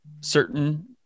certain